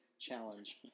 Challenge